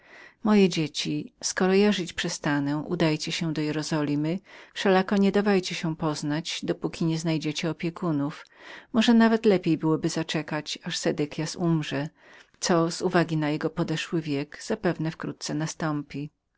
moje dzieci skoro ja żyć przestanę udajcie się do jerozolimy wszelako nie dawajcie się poznać dopóki nie znajdziecie opiekunów a może najlepiej byłoby zaczekać aż sedekias umrze co dzięki jego podeszłemu wiekowi zapewne wkrótce nastąpi